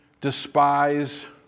despise